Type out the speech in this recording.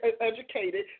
educated